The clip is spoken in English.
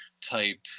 type